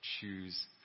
choose